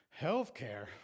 Healthcare